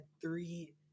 three